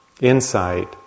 insight